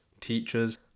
teachers